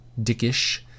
dickish